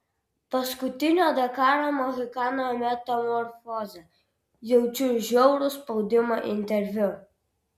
paskutinio dakaro mohikano metamorfozė jaučiu žiaurų spaudimą interviu